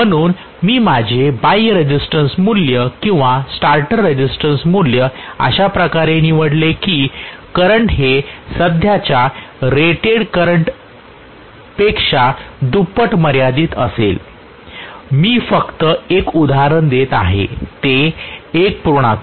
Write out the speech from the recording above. म्हणून मी माझे बाह्य रेसिस्टन्स मूल्य किंवा स्टार्टर रेझिस्टन्स मूल्य अशा प्रकारे निवडले की करंट हे सध्याच्या रेटेड करंट पेक्षा दुप्पट मर्यादित असेल मी फक्त एक उदाहरण देत आहे ते 1